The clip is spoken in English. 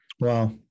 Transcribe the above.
Wow